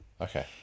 okay